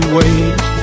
wait